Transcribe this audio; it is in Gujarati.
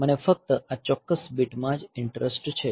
મને ફક્ત આ ચોક્કસ બીટમાં જ ઈંટરેસ્ટ છે